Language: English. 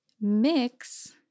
mix